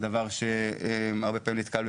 דבר שהרבה פעמים נתקל בבעיה.